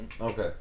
Okay